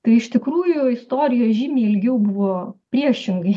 kai iš tikrųjų istorijoj žymiai ilgiau buvo priešingai